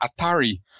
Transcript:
Atari